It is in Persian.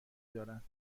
دارند